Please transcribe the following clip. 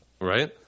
right